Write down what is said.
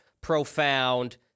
profound